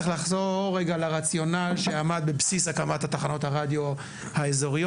צריך לחזור רגע לרציונל שעמד בבסיס הקמת תחנות הרדיו האזוריות,